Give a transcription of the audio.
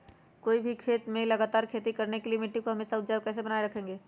कोई भी खेत में लगातार खेती करने के लिए मिट्टी को हमेसा उपजाऊ कैसे बनाय रखेंगे?